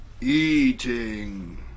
Eating